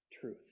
truth